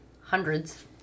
hundreds